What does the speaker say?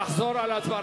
נחזור על ההצבעה.